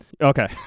Okay